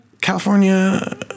California